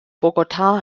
bogotá